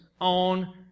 on